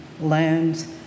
lands